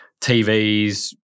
TVs